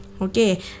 Okay